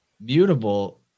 Mutable